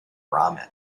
ramen